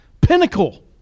Pinnacle